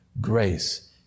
grace